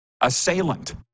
assailant